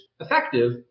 effective